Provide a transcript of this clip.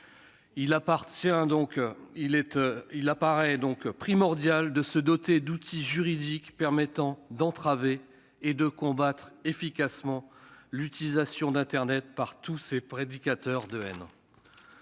Il apparaît donc primordial de se doter d'outils juridiques permettant d'entraver et de combattre efficacement l'utilisation d'internet par tous les prédicateurs de haine.